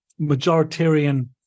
majoritarian